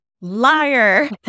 Liar